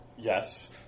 Yes